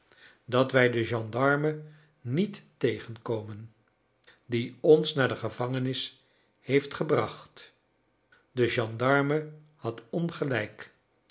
dat wij den gendarme niet tegenkomen die ons naar de gevangenis heeft gebracht de gendarme had ongelijk